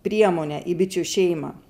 priemonė į bičių šeimą